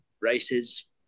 races